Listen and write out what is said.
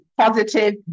positive